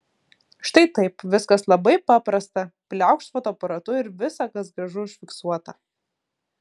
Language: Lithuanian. štai taip viskas labai paprasta pliaukšt fotoaparatu ir visa kas gražu užfiksuota